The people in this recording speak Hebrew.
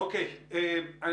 אני